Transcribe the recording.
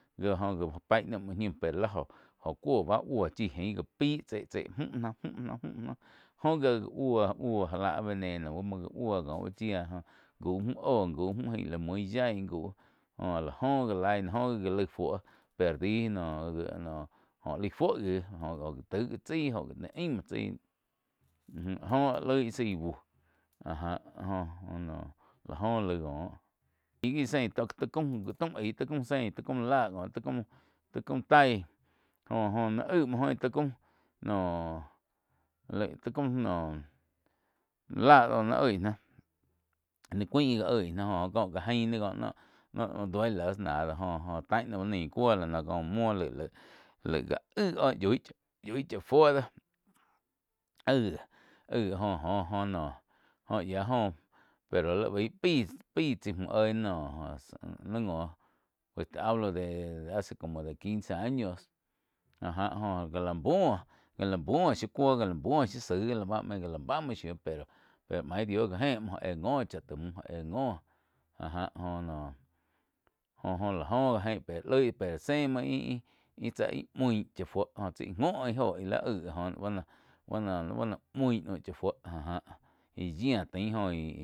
Do oh go ga pai nah muo nshiu pe la joh oh cuo bah buoh chi ain ca pai tsei-tsei mju náh, mju náh oh ji buo-buo já láh veneno muoh jáh buoh có uh chia gau mju oh, gau mju ain la mui yaí gau joh á la joh ga lain náh joh gi gá laig fuo perdi noh joh laig fuo gih. Joh-joh oh gi taig wi tsaí nain aim muoh tsái umu áhh ja áh loig zaí buh áh ja joh noh la joh laig cóh. Ih sein ta caum, taum aig ta kaum sein tá kaum láh có tá kaum taíh jo-jo naih aig muo ta kaum noh laig tá kaum noh láh do naih oig nah ni cuain já oih náh có já ain náh có noh duelas náh jo-jo tain náh uh naih cuo. Ko muo laig-laig ga aig oh yoih chá fuo doh aig, aig joh noh yiá joh pero bai pai tsaí muh oih náh joh ni ngo hablo de hace como quince años áh ja joh gá la buoh, ga la buo shiu cuo ga la buo shiu saig medio ka la bah muo shiu pe maig dio ká éh muo oh éh ngo cha tai muh oh éh ngo áh jah oh jo la oh ga ein pe loig pe se muo ih-ih, ih tsáh ih muih cha fuo joh tsi ngo ih joh aig joh buo noh- buo noh mui naum chá fuo áh já aih yia joh tain oh gih.